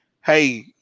Hey